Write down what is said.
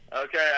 Okay